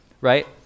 right